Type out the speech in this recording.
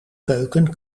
keuken